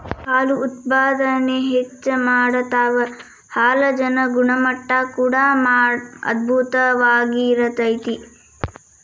ಹಾಲು ಉತ್ಪಾದನೆ ಹೆಚ್ಚ ಮಾಡತಾವ ಹಾಲಜನ ಗುಣಮಟ್ಟಾ ಕೂಡಾ ಅಧ್ಬುತವಾಗಿ ಇರತತಿ